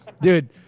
Dude